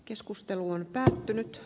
keskustelu on päättynyt